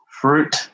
Fruit